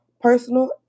personal